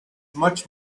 much